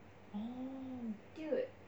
oh